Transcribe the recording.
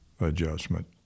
adjustment